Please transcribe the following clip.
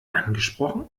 angesprochen